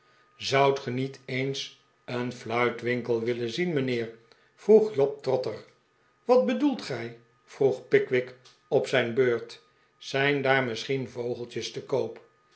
zoudt ge niet eens een fluitwinkel willen zien mijnheer vroeg job trotter wat bedoelt gij vroeg pickwick op zijn beurt zijn daar misschien vogeltjes te koop